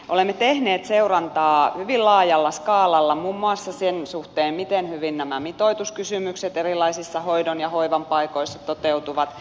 olemme tehneet seurantaa hyvin laajalla skaalalla muun muassa sen suhteen miten hyvin nämä mitoituskysymykset erilaisissa hoidon ja hoivan paikoissa toteutuvat